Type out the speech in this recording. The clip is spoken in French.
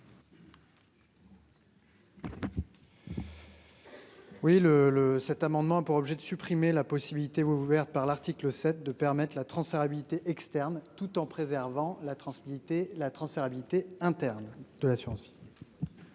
le cet amendement pour obliger de supprimer la possibilité ouverte par l'article 7 de permettent la transférabilité externe tout en préservant la transe militer la transférabilité interne de l'assurance.